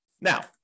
Now